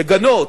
לגנות,